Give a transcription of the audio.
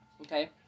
Okay